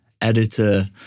editor